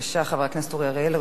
בבקשה, חבר הכנסת אורי אריאל.